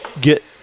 get